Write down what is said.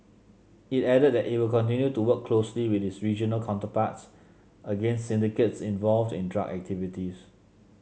it added that it will continue to work closely with its regional counterparts against syndicates involved in drug activities